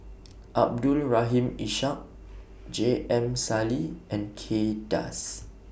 Abdul Rahim Ishak J M Sali and Kay Das